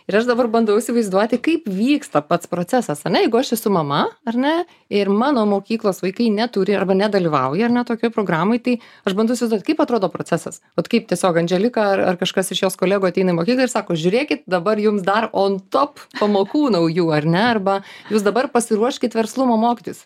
ir aš dabar bandau įsivaizduoti kaip vyksta pats procesas ane jeigu aš esu mama ar ne ir mano mokyklos vaikai neturi arba nedalyvauja ar ne tokioj programoj tai aš bandau įsivaizduot kaip atrodo procesas vat kaip tiesiog andželika ar kažkas iš jos kolegų ateina į mokyklą ir sako žiūrėkit dabar jums dar on top pamokų naujų ar ne arba jūs dabar pasiruoškit verslumo mokytis